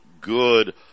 good